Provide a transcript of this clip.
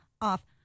off